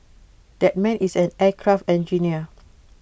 that man is an aircraft engineer